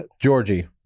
georgie